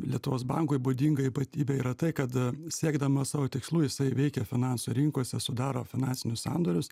lietuvos bankui būdinga ypatybė yra tai kad siekdamas savo tikslų jisai veikia finansų rinkose sudaro finansinius sandorius